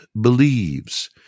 believes